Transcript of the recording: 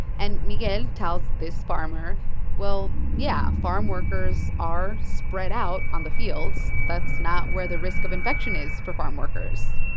and miguel tells this farmer well, yeah, farmworkers are spread out on the fields. that's not where the risk of infection is for farmworkers.